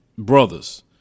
Brothers